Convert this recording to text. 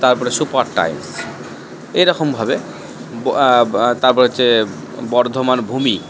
তারপরে super times এইরকমভাবে তারপরে হচ্ছে বর্ধমান ভূমি